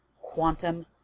quantum